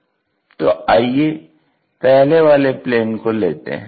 तो आइये पहले वाले प्लेन को लेते हैं